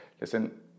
Listen